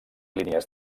línies